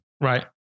Right